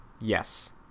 yes